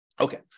Okay